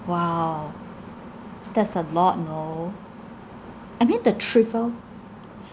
!wow! that's a lot you know I mean the trivial